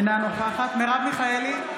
אינה נוכחת מרב מיכאלי,